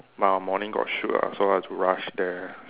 but I morning got shoot ah so I have to rush there